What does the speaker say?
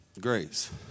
grace